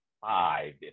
five